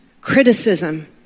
criticism